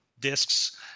discs